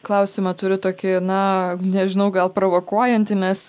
klausimą turiu tokį na nežinau gal provokuojantį nes